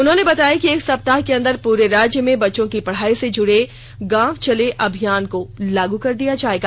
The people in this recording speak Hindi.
उन्होंने बताया कि एक सप्ताह के अंदर पूरे राज्य में बच्चों की पढ़ाई से जुड़े गांव चले अभियान को लागू कर दिया जाएगा